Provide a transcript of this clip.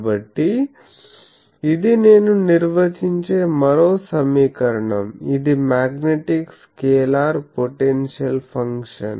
కాబట్టీ ఇది నేను నిర్వచించే మరో సమీకరణం ఇది మ్యాగ్నటిక్ స్కేలార్ పొటెన్షియల్ ఫంక్షన్